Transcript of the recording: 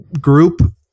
group